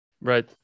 Right